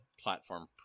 platform